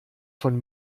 von